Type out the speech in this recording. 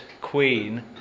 queen